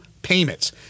Payments